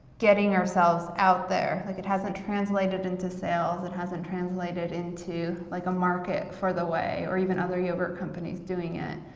getting ourselves out there. like it hasn't translated into sales. it hasn't translated into like a market for the whey, or even other yogurt companies doing it.